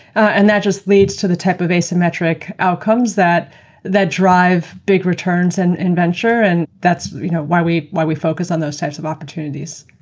and that just leads to the type of asymmetric outcomes that that drive big returns and and ventures. and that's you know why we why we focus on those types of opportunities.